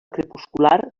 crepuscular